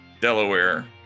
Delaware